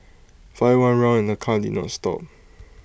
fired one round the car did not stop